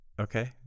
Okay